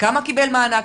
כמה קיבל מענק,